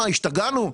מה, השתגענו?